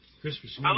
Christmas